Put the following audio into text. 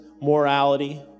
morality